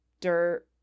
dirt